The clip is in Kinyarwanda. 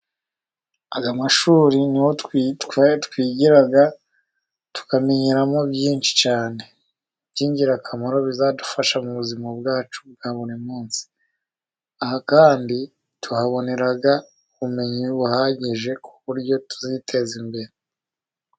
Aya mashuri niho twigira, tukamenyeramo byinshi cyane by'ingirakamaro, bizadufasha mu buzima bwacu bwa buri munsi. Aha kandi tuhabonera ubumenyi buhagije ku buryo tuziteza imbere.